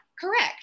correct